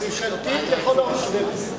היא ממשלתית לכל אורך הדרך.